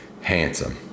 Handsome